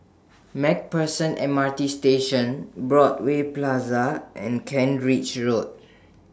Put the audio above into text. MacPherson M R T Station Broadway Plaza and Kent Ridge Road